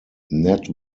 nat